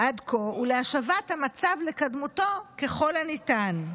עד כה ו'השבת המצב לקדמותו' ככל שניתן".